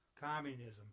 communism